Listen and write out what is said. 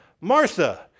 Martha